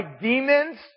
demons